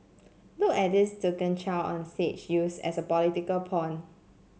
look at this token child on stage used as a political pawn